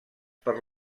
per